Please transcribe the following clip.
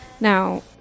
Now